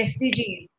SDGs